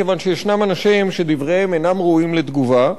כיוון שישנם אנשים שדבריהם אינם ראויים לתגובה,